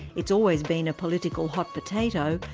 it's always been a political hot potato,